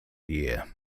year